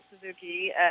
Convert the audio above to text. Suzuki